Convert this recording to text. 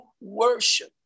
worship